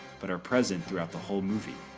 but are present throughout the whole movie.